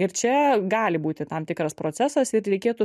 ir čia gali būti tam tikras procesas ir reikėtų